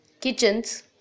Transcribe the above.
kitchens